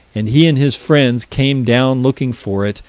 and he and his friends came down looking for it,